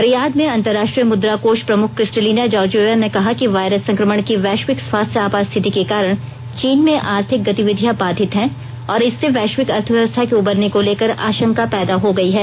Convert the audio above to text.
Riyadh में अंतर्राष्ट्रीय मुद्राकोष प्रमुख क्रिस्टलिना जॉर्जेवा ने कहा कि वायरस संक्रमण की वैश्विक स्वास्थ्य आपात स्थिति के कारण चीन में आर्थिक गतिविधियां बाधित हैं और इससे वैश्विक अर्थव्यवस्था के उबरने को लेकर आशंका पैदा हो गई है